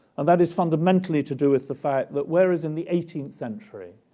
and that is fundamentally to do with the fact that whereas in the eighteenth century,